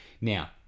Now